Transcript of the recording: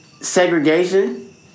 segregation